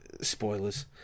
Spoilers